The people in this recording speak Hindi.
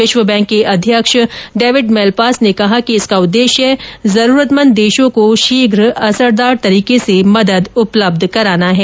विश्व बैंक के अध्यक्ष डेविड मैलपास ने कहा कि इसका उद्देश्य जरूरतमंद देशों को शीघ्र असरदार तरीके से मदद उपलब्ध कराना है